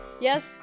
yes